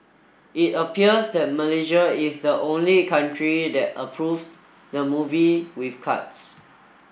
it appears that Malaysia is the only country that approved the movie with cuts